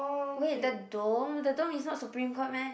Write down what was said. wait the dome the dome is not Supreme-Court meh